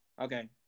okay